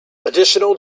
additional